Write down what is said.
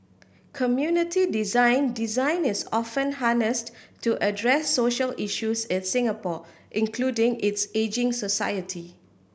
community design Design is often harnessed to address social issues in Singapore including its ageing society